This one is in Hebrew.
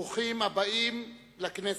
ברוכים הבאים לכנסת,